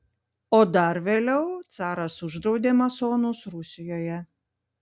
o dar vėliau caras uždraudė masonus rusijoje